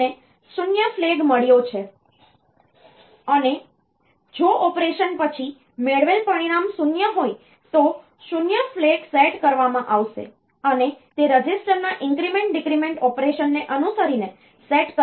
આપણને 0 ફ્લેગ મળ્યો છે અને જો ઑપરેશન પછી મેળવેલ પરિણામ 0 હોય તો 0 ફ્લેગ સેટ કરવામાં આવશે અને તે રજિસ્ટરના ઇન્ક્રીમેન્ટ ડિક્રિમેન્ટ ઑપરેશન ને અનુસરીને સેટ કરવામાં આવશે